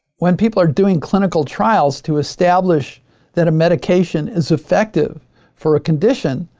when people are doing clinical trials to establish that a medication is effective for a condition,